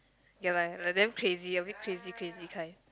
ya lah like damn crazy a bit crazy crazy kind